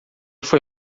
foi